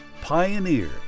Pioneer